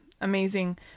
amazing